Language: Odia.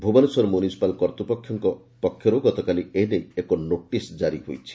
ଭୁବନେଶ୍ୱର ମ୍ୟୁନିସିପାଲ କର୍ତ୍ତୂପକ୍ଷଙ୍କ ପକ୍ଷରୁ ଗତକାଲି ଏନେଇ ଏକ ନୋଟିସ୍ ଜାରି ହୋଇଛି